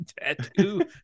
tattoo